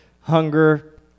hunger